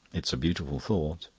it is a beautiful thought.